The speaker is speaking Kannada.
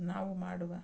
ನಾವು ಮಾಡುವ